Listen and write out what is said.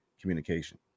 communication